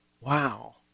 Wow